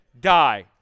die